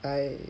I